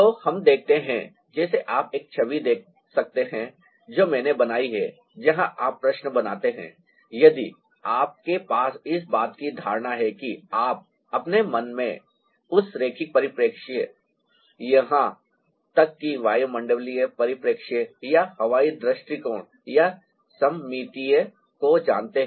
तो हम देखते हैं जैसे आप एक छवि देख सकते हैं जो मैंने बनाई है जहाँ आप प्रश्न बनाते हैं यदि आपके पास इस बात की धारणा है कि आप अपने मन में उस रैखिक परिप्रेक्ष्य या यहाँ तक कि वायुमंडलीय परिप्रेक्ष्य या हवाई दृष्टिकोण या सममितीय को जानते हैं